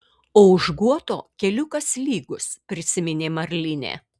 o už guoto keliukas lygus prisiminė marlinė